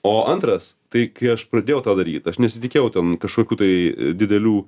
o antras tai kai aš pradėjau tą daryt aš nesitikėjau ten kažkokių tai didelių